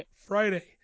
Friday